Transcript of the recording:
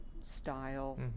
style